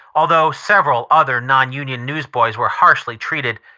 although several other non-union newsboys were harshly treated.